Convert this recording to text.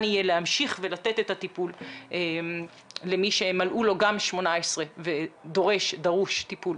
יהיה להמשיך ולתת את הטיפול למי שמלאו לו 18 ודרוש טיפול,